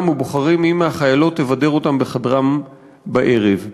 ובוחרים מי מהחיילות תבדר אותם בחדרם בערב.